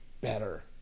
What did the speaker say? better